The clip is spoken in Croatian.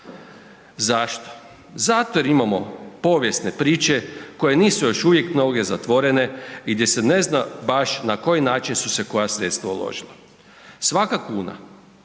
Zašto? Zato jer imamo povijesne priče koje nisu još uvijek mnoge zatvorene i gdje se ne zna baš na koji način su se koja sredstva uložila. Svaka kuna